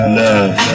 love